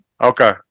okay